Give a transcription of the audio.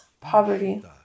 poverty